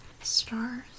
stars